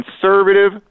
conservative